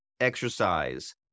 exercise